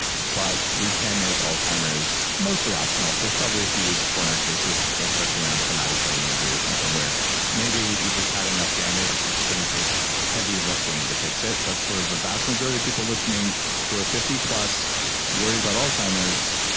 but we can make alzheimer's mostly optional. there's probably a few corner cases, especially around traumatic brain injury, or something where maybe you've just had enough damage, it's going to take heavy lifting to fix it. but for the vast majority of people listening who are fifty plus worried about alzheimer's,